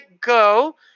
go